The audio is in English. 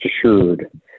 assured